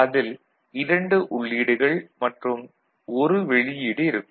அதில் 2 உள்ளீடுகள் மற்றும் 1 வெளியீடு இருக்கும்